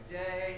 day